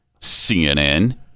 CNN